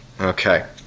Okay